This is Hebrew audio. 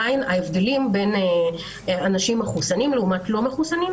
ההבדלים בין אנשים מחוסנים לעומת לא-מחוסנים,